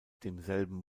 demselben